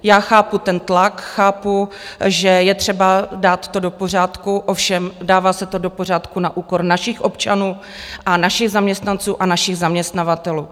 Já chápu ten tlak, chápu, že je třeba dát to do pořádku, ovšem dává se to do pořádku na úkor našich občanů, našich zaměstnanců a našich zaměstnavatelů.